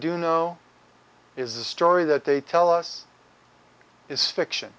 do know is a story that they tell us is fiction